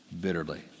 bitterly